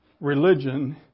religion